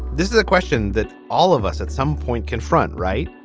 this is a question that all of us at some point confront. right.